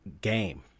game